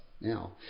now